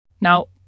Now